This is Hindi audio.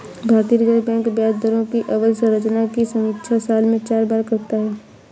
भारतीय रिजर्व बैंक ब्याज दरों की अवधि संरचना की समीक्षा साल में चार बार करता है